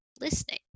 listening